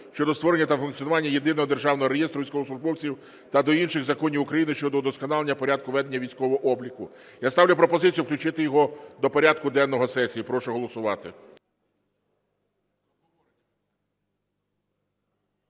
щодо створення та функціонування Єдиного державного реєстру військовослужбовців та до інших законів України щодо удосконалення порядку ведення військового обліку. Я ставлю пропозицію включити його до порядку денного сесії. Прошу голосувати.